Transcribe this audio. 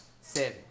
Seven